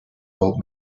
old